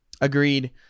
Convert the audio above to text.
Agreed